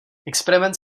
experiment